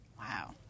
Wow